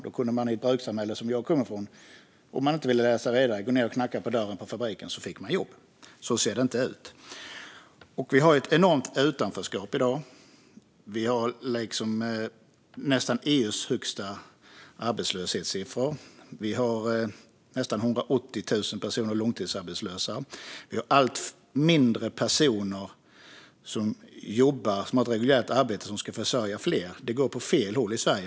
Då kunde man i ett brukssamhälle som det jag kommer ifrån gå ned och knacka på dörren på fabriken och få jobb om man inte ville läsa vidare. Så ser det inte ut i dag. Vi har ett enormt utanförskap i dag. Vi har nästan de högsta arbetslöshetssiffrorna i EU med nästan 180 000 personer som är långtidsarbetslösa. Allt färre personer med ett reguljärt arbete ska försörja fler. Det går åt fel håll i Sverige.